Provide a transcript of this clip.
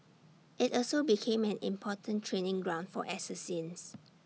IT also became an important training ground for assassins